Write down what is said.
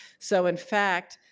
so, in fact,